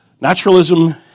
naturalism